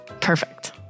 Perfect